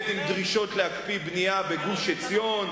עם דרישות להקפיא בנייה בגוש-עציון,